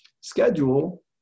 schedule